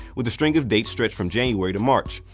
with a string of dates stretched from january to march.